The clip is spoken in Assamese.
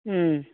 ওম